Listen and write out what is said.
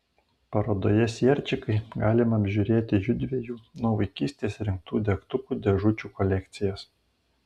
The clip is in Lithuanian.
parodoje sierčikai galima apžiūrėti judviejų nuo vaikystės rinktų degtukų dėžučių kolekcijas